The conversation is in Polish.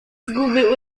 zguby